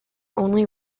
only